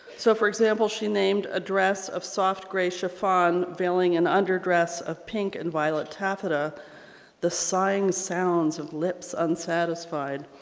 so for example she named a dress of soft gray chiffon veiling an under dress of pink and violet taffeta the sighing sounds of lips unsatisfied